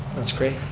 that's great.